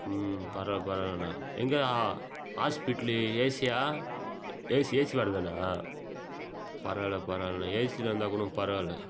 ம் பரவாயில்ல பரவாயில்லண்ணா எங்கே ஹாஸ்பிட்லு ஏசியா ஏசி ஏசி வார்டு தானா பரவாயில்ல பரவாயில்லண்ணா ஏசியில் இருந்தால் கூடம் பரவாயில்ல